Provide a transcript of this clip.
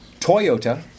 Toyota